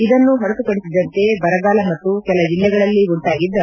ಅದನ್ನು ಹೊರತುಪಡಿಸಿದಂತೆ ಬರಗಾಲ ಮತ್ತು ಕೆಲ ಜಿಲ್ಲೆಗಳಲ್ಲಿ ಉಂಟಾಗಿದ್ದ